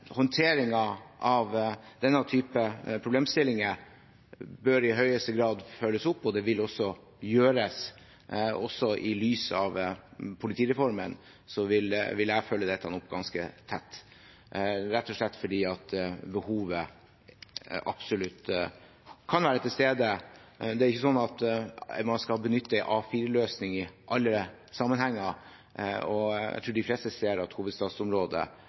av denne typen problemstillinger bør i høyeste grad følges opp, og det vil også gjøres. Også i lys av politireformen vil jeg følge opp dette ganske tett, rett og slett fordi behovet absolutt kan være til stede. Det er ikke sånn at man skal benytte A4-løsninger i alle sammenhenger, og jeg tror de fleste ser at